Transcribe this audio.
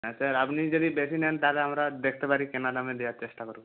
হ্যাঁ স্যার আপনি যদি বেশি নেন তাহলে আমরা দেখতে পারি কেনা দামে দেওয়ার চেষ্টা করবো